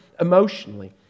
emotionally